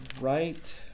right